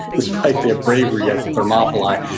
despite their bravery at thermopylae,